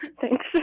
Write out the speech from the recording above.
thanks